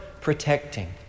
protecting